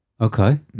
Okay